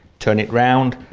turn it round,